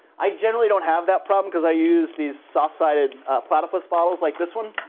i generally don't have that problem because i use these soft sided platypus bottles like this one.